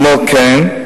כמו כן,